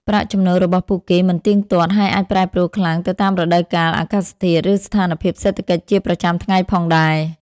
ប្រាក់ចំណូលរបស់ពួកគេមិនទៀងទាត់ ហើយអាចប្រែប្រួលខ្លាំងទៅតាមរដូវកាល អាកាសធាតុ ឬស្ថានភាពសេដ្ឋកិច្ចជាប្រចាំថ្ងៃផងដែរ ។